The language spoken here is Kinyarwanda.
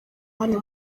hano